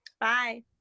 Bye